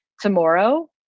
tomorrow